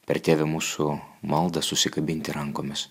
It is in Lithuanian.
per tėve mūsų maldą susikabinti rankomis